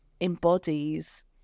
embodies